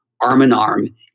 arm-in-arm